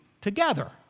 together